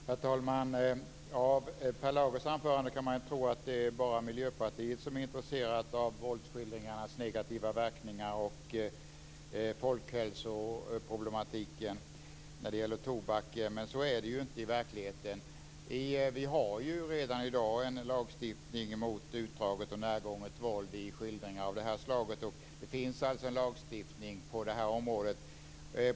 Herr talman! Av Per Lagers anförande kan man tro att det är bara Miljöpartiet som är intresserat av våldsskildringarnas negativa verkningar och folkhälsoproblematiken när det gäller tobaken, men så är det inte i verkligheten. Vi har redan i dag en lagstiftning mot utdraget och närgånget våld i skildringar av det här slaget. Det finns alltså en lagstiftning på det här området.